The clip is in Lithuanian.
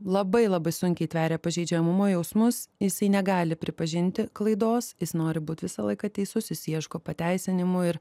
labai labai sunkiai tveria pažeidžiamumo jausmus jisai negali pripažinti klaidos jis nori būt visą laiką teisus jis ieško pateisinimo ir